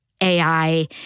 AI